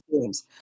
games